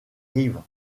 rives